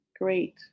great